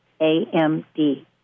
AMD